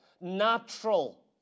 natural